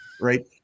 Right